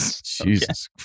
Jesus